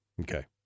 Okay